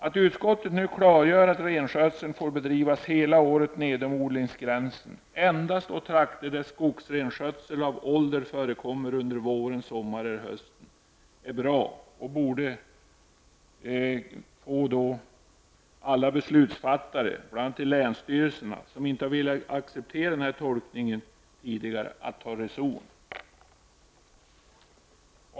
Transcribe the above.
Att utskottet nu klargör att renskötsel får bedrivas hela året nedom odlingsgränsen endast å trakter där skogsrenskötsel av ålder förekommer under våren, sommaren eller hösten är bra och borde få alla beslutsfattare, bl.a. i länsstyrelserna, som tidigare inte har velat acceptera den tolkningen, att ta reson.